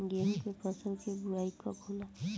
गेहूं के फसल के बोआई कब होला?